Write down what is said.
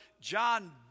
John